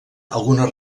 algunes